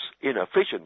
inefficiency